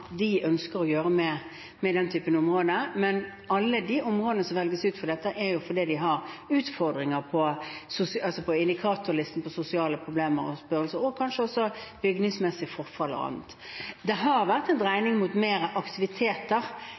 de ønsker å gjøre med den typen område, men alle de områdene som velges ut for dette, blir valgt fordi de har utfordringer på indikatorlisten, som sosiale problemer og størrelse og kanskje også bygningsmessig forfall og annet. Det har vært en dreining mot mer aktiviteter